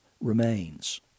remains